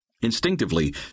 Instinctively